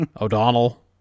O'Donnell